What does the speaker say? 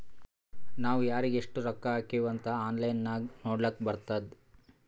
ನಾವ್ ಯಾರಿಗ್ ಎಷ್ಟ ರೊಕ್ಕಾ ಹಾಕಿವ್ ಅಂತ್ ಆನ್ಲೈನ್ ನಾಗ್ ನೋಡ್ಲಕ್ ಬರ್ತುದ್